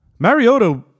Mariota